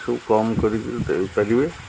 ସବୁ କମ୍ କରିକି ପାରିବେ